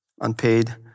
Unpaid